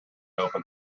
open